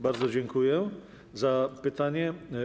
Bardzo dziękuję za pytanie.